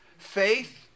faith